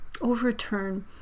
overturn